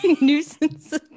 Nuisance